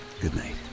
Goodnight